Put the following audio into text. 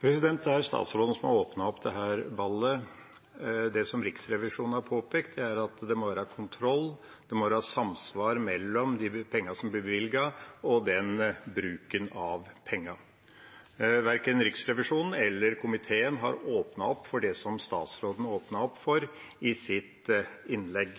Det er statsråden som har åpnet dette ballet. Det Riksrevisjonen har påpekt, er at det må være kontroll, det må være samsvar mellom de pengene som blir bevilget, og bruken av pengene. Verken Riksrevisjonen eller komiteen har åpnet opp for det statsråden åpnet opp for i sitt innlegg.